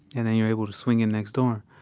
and then you're able to swing it next door.